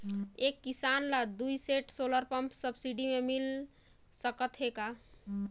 एक किसान ल दुई सेट सोलर पम्प सब्सिडी मे मिल सकत हे का?